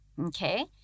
Okay